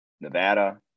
Nevada